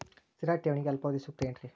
ಸ್ಥಿರ ಠೇವಣಿಗೆ ಅಲ್ಪಾವಧಿ ಸೂಕ್ತ ಏನ್ರಿ?